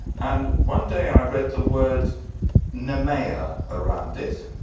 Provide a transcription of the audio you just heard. and one day i read the word nemea around it.